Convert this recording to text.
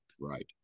right